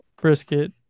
brisket